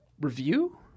review